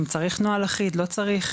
אם צריך נוהל אחיד או לא צריך,